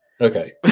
Okay